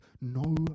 no